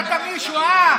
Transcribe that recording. מצאת מישהו.